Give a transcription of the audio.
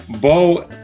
Bo